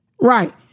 Right